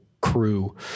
crew